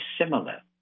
similar